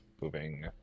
moving